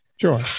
Sure